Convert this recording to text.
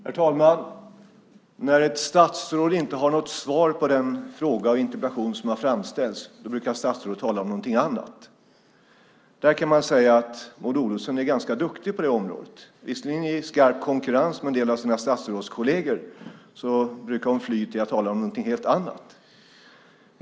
Herr talman! När ett statsråd inte har något svar på den fråga eller interpellation som har framställts brukar statsrådet tala om någonting annat. Man kan säga att Maud Olofsson är ganska duktig på det området, visserligen i skarp konkurrens med en del av sina statsrådskolleger. Hon brukar fly till att tala om någonting helt annat.